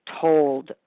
told